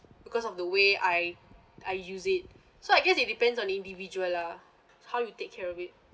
because of the way I I use it so I guess it depends on individual lah how you take care of it